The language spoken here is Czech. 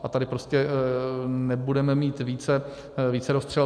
A tady prostě nebudeme mít vícero střel.